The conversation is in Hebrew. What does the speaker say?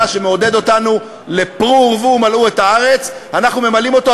אתה שמעודד אותנו ל"פרו ורבו ומלאו את הארץ" אנחנו ממלאים אותה,